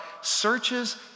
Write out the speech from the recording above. searches